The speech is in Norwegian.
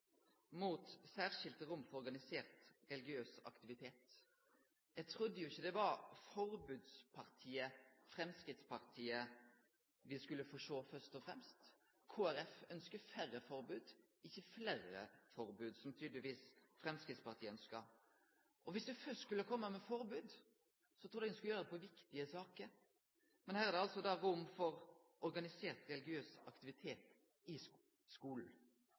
mot særskilte rom for organisert religiøs aktivitet. Eg trudde jo ikkje det var «forbodspartiet» Framstegspartiet vi skulle få sjå først og fremst. Kristeleg Folkeparti ønskjer færre forbod – ikkje fleire forbod – som tydelegvis Framstegspartiet ønskjer. Og dersom vi først skulle kome med forbod, så trudde eg ein skulle gjere det i viktige saker, men her er det altså rom for organisert religøs aktivitet i